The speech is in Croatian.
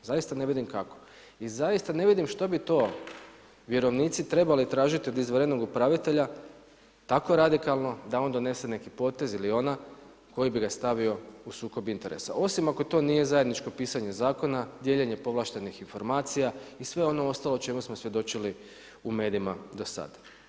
I zaista ne vidim što bi to vjerovnici trebali tražiti od izvanrednog upravitelja tako radikalno da on donese neki potez ili ona koji bi ga stavio u sukob interesa, osim ako to nije zajedničko pisanje zakona, dijeljenje povlaštenih informacija i sve ono ostalo o čemu smo svjedočili u medijima do sad.